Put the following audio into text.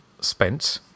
spent